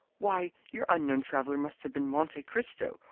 why, your unknown traveller must have been monte cristo,